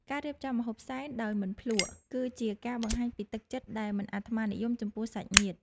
ការរៀបចំម្ហូបសែនដោយមិនភ្លក្ស គឺជាការបង្ហាញពីទឹកចិត្តដែលមិនអាត្មានិយមចំពោះសាច់ញាតិ។